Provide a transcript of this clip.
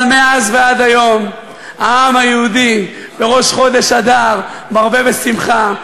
אבל מאז ועד היום העם היהודי בראש חודש אדר מרבה בשמחה.